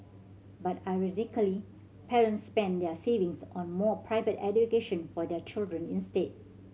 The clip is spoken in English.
but ironically parents spent their savings on more private education for their children instead